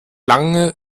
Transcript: lange